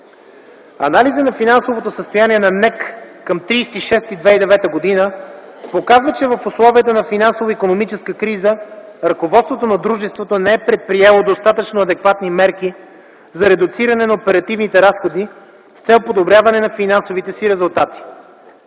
Анализът на финансовото състояние на НЕК ЕАД към 30.06.2009 г. показва, че в условията на финансово-икономическа криза ръководството на дружеството не е предприело достатъчно адекватни мерки за редуциране на оперативните разходи с цел подобряване на финансовите си резултати.